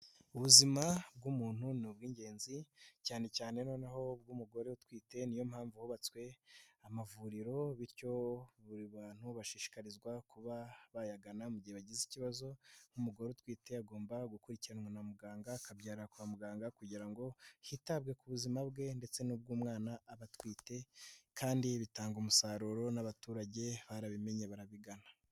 Ubuzima bw'umuntu ni ubw'ingenzi cyane cyane noneho ubw'umugore utwite, ni yo mpamvu hubatswe amavuriro bityo buri bantu bashishikarizwa kuba bayagana mu gihe bagize ikibazo, nk'umugore utwite agomba gukurikiranwa na muganga akabyarira kwa muganga, kugira ngo hitabwe ku buzima bwe ndetse n'ubw'umwana aba atwite, kandi bitanga umusaruro n'abaturage barabimenye barabigana.